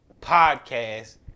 podcast